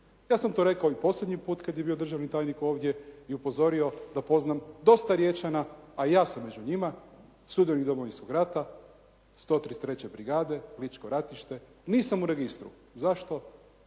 Ja sam to rekao i posljednji put kad je bio državni tajnik ovdje i upozorio da poznam dosta Riječana, a i ja sam među njima sudionik Domovinskog rata 133. brigade, Ličko ratište, nisam u registru. Zašto?